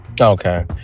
okay